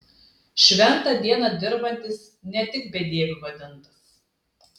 šventą dieną dirbantis ne tik bedieviu vadintas